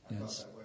Yes